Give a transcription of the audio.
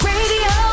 Radio